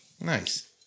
Nice